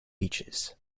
beaches